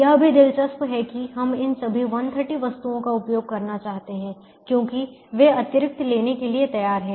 यह भी दिलचस्प है कि हम इन सभी 130 वस्तुओं का उपयोग करना चाहते हैं क्योंकि वे अतिरिक्त लेने के लिए तैयार हैं